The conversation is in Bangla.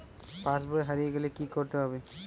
পাশবই হারিয়ে গেলে কি করতে হবে?